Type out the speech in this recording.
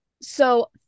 so-